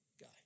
guy